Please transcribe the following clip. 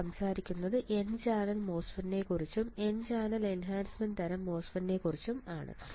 നമ്മൾ സംസാരിക്കുന്നത് n channel മോസ്ഫെറ്റുകളെക്കുറിച്ചും N ചാനൽ എൻഹാൻസ്മെൻറ് തരം മോസ്ഫെറ്റുകളെക്കുറിച്ചും ആണ്